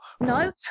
No